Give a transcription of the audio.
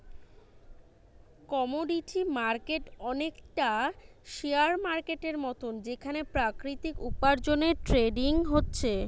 commodity market অনেকটা share মার্কেটের মতন যেখানে প্রাকৃতিক উপার্জনের ট্রেডিং হচ্ছে